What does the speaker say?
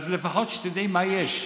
לפחות שתדעי מה יש.